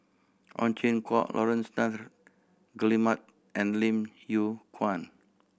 Ow Chin Hock Laurence Nunn Guillemard and Lim Yew Kuan